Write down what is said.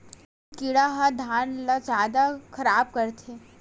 कोन कीड़ा ह धान ल जादा खराब करथे?